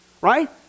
right